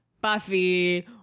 Buffy